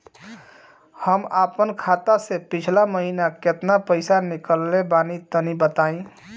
हम आपन खाता से पिछला महीना केतना पईसा निकलने बानि तनि बताईं?